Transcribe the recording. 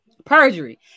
perjury